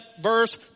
verse